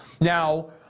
Now